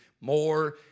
more